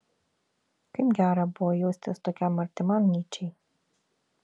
kaip gera buvo jaustis tokiam artimam nyčei